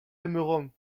aimerons